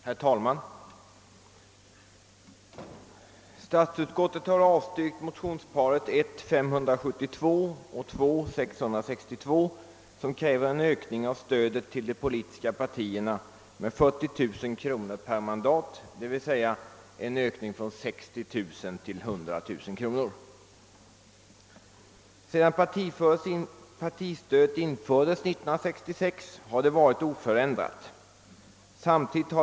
Herr talman! Statsutskottet har avstyrkt motionsparet I:572 och II: 662, som kräver en ökning av stödet till de politiska partierna med 40000 kronor per mandat, d.v.s. en ökning från 60 000 kronor till 100 000 kronor. Sedan partistödet infördes 1966 har det varit oförändrat.